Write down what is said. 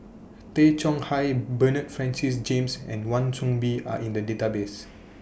Tay Chong Hai Bernard Francis James and Wan Soon Bee Are in The databases